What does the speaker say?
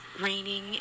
raining